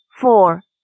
four